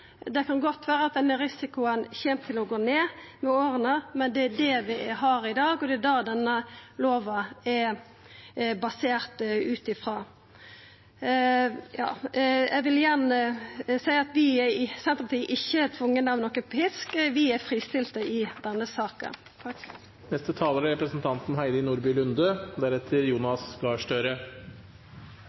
Det kan godt vera at denne risikoen kjem til å gå ned med åra, men det er det vi har i dag, og det er det denne lova er basert på. Eg vil igjen seia at vi i Senterpartiet ikkje er tvinga av nokon pisk – vi er fristilte i denne saka. I dag er